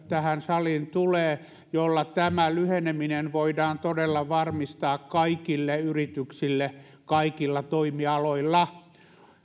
tähän saliin tulee sellainen lainsäädäntö jolla tämä lyheneminen voidaan todella varmistaa kaikille yrityksille kaikilla toimialoilla